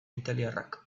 italiarrak